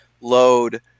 load